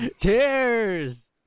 Cheers